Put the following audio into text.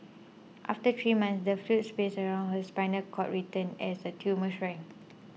after three months the fluid space around her spinal cord returned as the tumour shrank